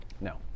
no